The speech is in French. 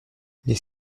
les